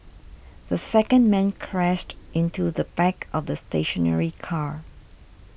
the second man crashed into the back of the stationary car